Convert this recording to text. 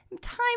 time